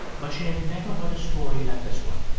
but she had never heard a story like this one